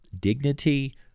dignity